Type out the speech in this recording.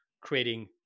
creating